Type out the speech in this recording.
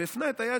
"איש צר